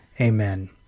Amen